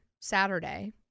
Saturday